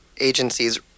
agencies